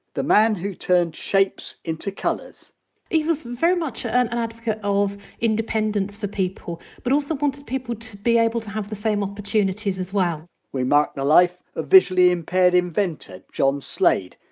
the man who turned shapes into colours he was very much an advocate of independence for people but also wanted people to be able to have the same opportunities as well we mark the life of visually impaired inventor, john slade,